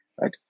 Right